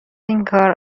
اینکار